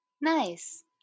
Nice